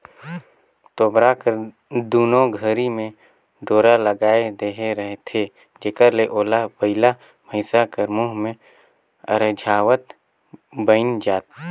तोबरा कर दुनो घरी मे डोरा लगाए देहे रहथे जेकर ले ओला बइला भइसा कर मुंह मे अरझावत बइन जाए